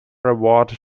award